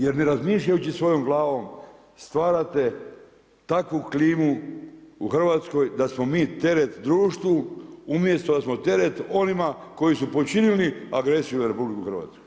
Jer ne razmišljajući svojom glavom stvarate takvu klimu u Hrvatskoj da smo mi teret društvu umjesto da smo teret onima koji su počinili agresiju na RH.